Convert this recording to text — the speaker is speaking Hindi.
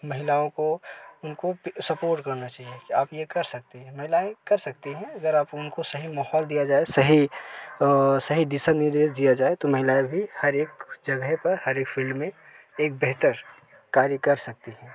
महिलाओं को उनको सपोर्ट करना चाहिए कि आप ये कर सकती हैं महिलाएँ कर सकती हैं अगर उनको सही महौल दिया जाए सही सही दिशा निर्देश दिया जाए तो महिलाएँ भी हर एक जगह पर हर एक फ़ील्ड में एक बेहतर कार्य कर सकती हैं